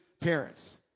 parents